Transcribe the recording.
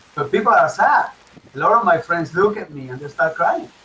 but people and and are my friends look at me and they start crying